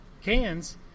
cans